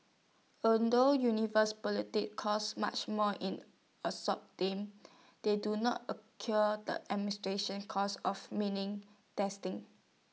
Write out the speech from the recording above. although universal politics cost much more in assault terms they do not incur the administration costs of meaning testing